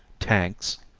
tanks,